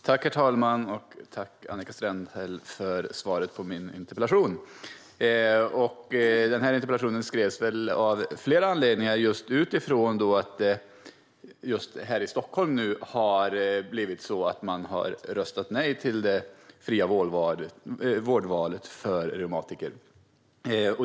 Herr talman! Tack för svaret på min interpellation, Annika Strandhäll! Interpellationen skrevs av flera anledningar, just utifrån att man nu här i Stockholm har röstat nej till det fria vårdvalet för reumatiker.